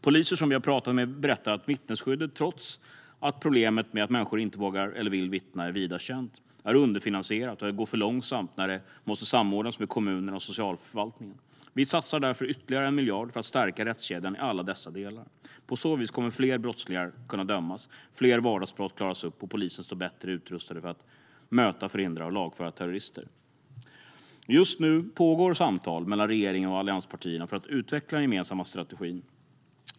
Poliser som vi har talat med berättar att vittnesskyddet, trots att problemet med att människor inte vågar eller vill vittna är vida känt, är underfinansierat och att det går för långsamt när det måste samordnas med kommunerna och socialförvaltningen. Vi satsar därför ytterligare 1 miljard för att stärka rättskedjan i alla dess delar. På så vis kommer fler brottslingar att kunna dömas, fler vardagsbrott att klaras upp och polisen stå bättre rustad att möta, hindra och lagföra terrorister. Just nu pågår samtal mellan regeringen och allianspartierna för att utveckla den gemensamma strategin.